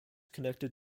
connected